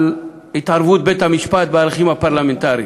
התערבות בית-המשפט בהליכים הפרלמנטריים.